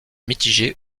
mitigé